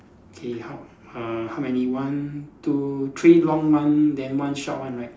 okay how uh how many one two three long one then one short one right